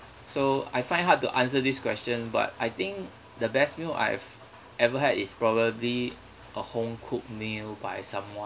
so I find hard to answer this question but I think the best meal I've ever had is probably a home cooked meal by someone